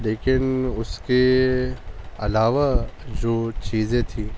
لیکن اس کے علاوہ جو چیزیں تھیں